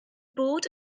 bod